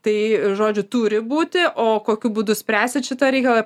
tai žodžiu turi būti o kokiu būdu spręsit šitą reikalą